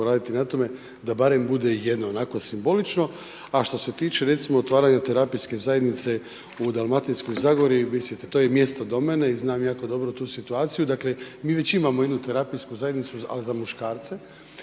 poraditi na tome da barem bude jedna, onako simbolično. A što se tiče recimo otvaranja terapijske zajednice u dalmatinskoj zagori, to je mjesto do mene i znam jako dobro tu situaciju, dakle mi već imamo jednu terapijsku zajednicu, ali za muškarce,